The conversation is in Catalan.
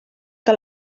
que